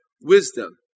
wisdom